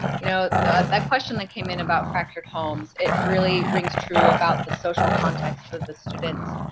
you know that question that came in about fractured homes? it really rings true about the social context of the students,